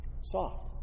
Soft